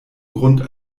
grunde